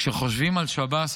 כשחושבים על שב"ס,